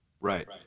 Right